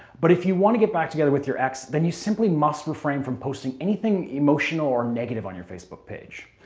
but if you want to get back together with your ex, then you simply must refrain from posting anything emotional or negative on your facebook page.